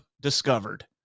discovered